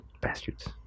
Bastards